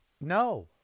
no